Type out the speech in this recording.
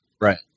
right